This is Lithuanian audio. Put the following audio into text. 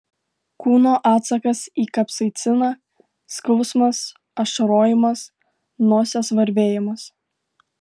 kūno atsakas į kapsaiciną skausmas ašarojimas nosies varvėjimas